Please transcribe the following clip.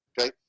okay